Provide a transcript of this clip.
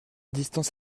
distance